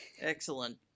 Excellent